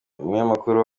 umunyamakuru